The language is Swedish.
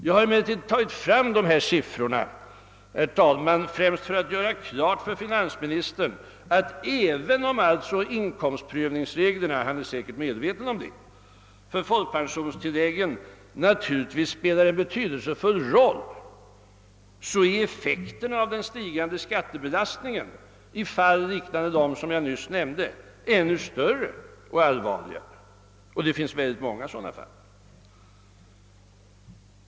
Jag har emellertid redovisat dessa siffror främst för att göra klart för finansministern att även om inkomstprövningsreglerna — finansministern är säkerligen medveten om detta — för folkpensionstilläggen naturligtvis spelar en betydelsefull roll, så är effekten av den stigande skattebelastningen i fall liknande dem jag nämnt ännu större och ytterst allvarlig. Och det finns många sådana fall.